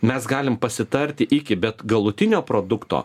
mes galim pasitarti iki bet galutinio produkto